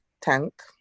tank